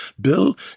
Bill